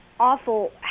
awful